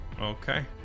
Okay